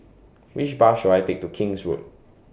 Which Bus should I Take to King's Road